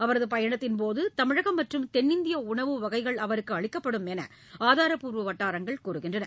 அவரதபயணத்தின் போது தமிழகம் மற்றும் தென்னிந்தியஉணவு வகைகள் அவருக்குஅளிக்கப்படும் என்றுஆதாரப்பூர்வவட்டாரங்கள் தெரிவித்தன